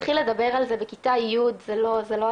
להתחיל לדבר על זה בכיתה י' זה לא הזמן.